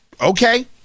okay